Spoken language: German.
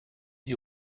die